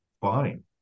Fine